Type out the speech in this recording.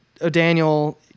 O'Daniel